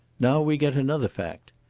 now we get another fact.